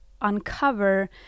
uncover